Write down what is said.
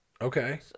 Okay